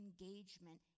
engagement